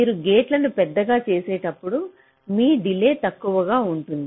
మీరు గేట్లను పెద్దగా చేసేటప్పుడు మీ డిలే తక్కువగా ఉంటుంది